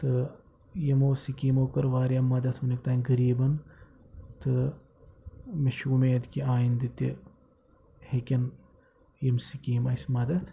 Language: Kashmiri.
تہٕ یِمو سِکیٖمو کٔر وارِیاہ مدد وُنیُک تانۍ غریٖبَن تہٕ مےٚ چھِ اُمید کہِ آیندٕ تہِ ہیٚکیٚن یِم سِکیٖمہٕ اسہِ مدد